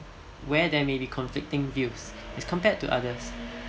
where there maybe conflicting views as compared to others